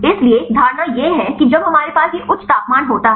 इसलिए धारणा यह है कि जब हमारे पास ये उच्च तापमान होता है